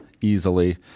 easily